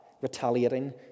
retaliating